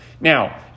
Now